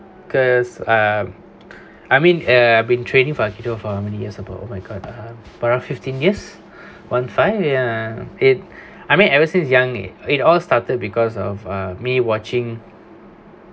cause uh I mean uh been training for akido for many years ago oh my god for around fifteen years one five ya it I mean ever since young it it all started because of uh me watching